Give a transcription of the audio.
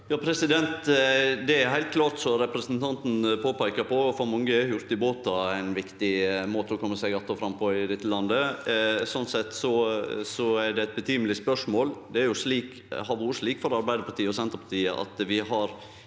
Det er heilt klart, som representanten påpeiker, at for mange er hurtigbåtar ein viktig måte å kome seg att og fram på i dette landet. Sånn sett er det eit rimeleg spørsmål. Det har vore slik for Arbeidarpartiet og Senterpartiet at vi